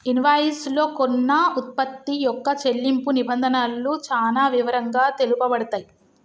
invoice లో కొన్న వుత్పత్తి యొక్క చెల్లింపు నిబంధనలు చానా వివరంగా తెలుపబడతయ్